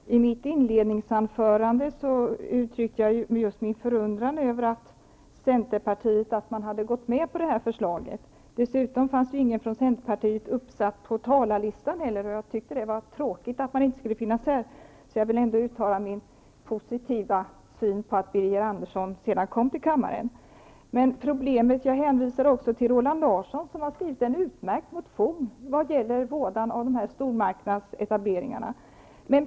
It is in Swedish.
Fru talman! I mitt inledningsanförande uttryckte jag just min förundran över att centerpartiet hade gått med på förslaget. Dessutom fanns ingen centerpartist uppsatt på talarlistan. Jag tyckte att det var tråkigt, så jag vill ändå uttala min positiva syn på att Birger Andersson sedan kom till kammaren. Jag hänvisade också till att Roland Larsson har skrivit en utmärkt motion om vådan av stormarknadsetableringar.